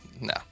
No